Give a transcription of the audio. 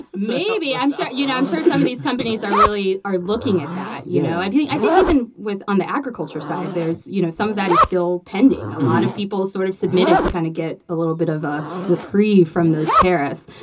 maybe. i'm sure you know, i'm sure some of these companies are really are looking at that yeah you know, i think even with on the agriculture side, there's you know, some of that is still pending. a lot of people sort of submitted to kind of get a little bit of a reprieve from those tariffs.